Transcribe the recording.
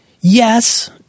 Yes